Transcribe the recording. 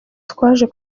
twaje